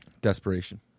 Desperation